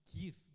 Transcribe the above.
give